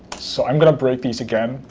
so i'm going to break these again.